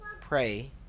pray